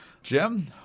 Jim